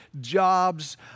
jobs